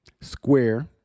Square